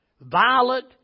violent